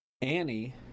Annie